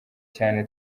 cyane